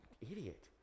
idiot